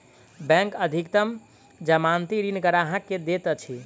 bank अधिकतम जमानती ऋण ग्राहक के दैत अछि